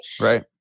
Right